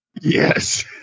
Yes